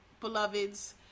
beloveds